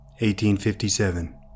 1857